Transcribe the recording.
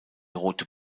rote